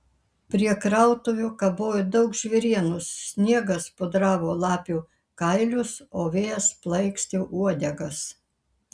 prie krautuvių kabojo daug žvėrienos sniegas pudravo lapių kailius o vėjas plaikstė uodegas